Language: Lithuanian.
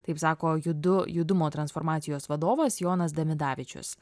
taip sako judu judumo transformacijos vadovas jonas damidavičius